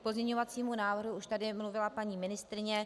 K pozměňovacímu návrhu už tady mluvila paní ministryně.